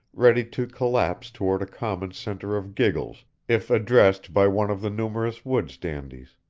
ready to collapse toward a common centre of giggles if addressed by one of the numerous woods-dandies,